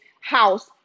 house